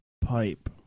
pipe